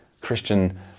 Christian